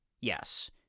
Yes